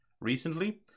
recently